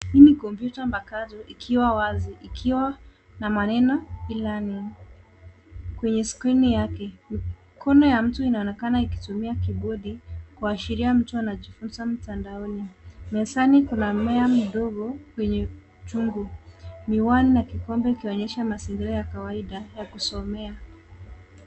Hii ni kompyuta mpakato ikiwa wazi, ikiwa na maneno ilani kwenye skrini yake. Mikono ya mtu inaonekana ikitumia kibodi kuashiria mtu anajifunza mtandaoni. Mezani kuna mmea mdogo kwenye chungu, miwani na kikombe ikionyesha mandhari ya kawaida ya kusomea.